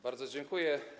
Bardzo dziękuję.